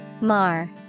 Mar